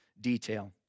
detail